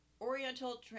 Oriental